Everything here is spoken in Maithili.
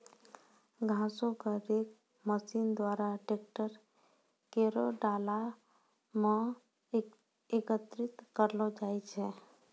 घासो क रेक मसीन द्वारा ट्रैकर केरो डाला म एकत्रित करलो जाय छै